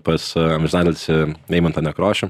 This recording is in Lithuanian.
pas amžinatilsį eimantą nekrošių